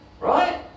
Right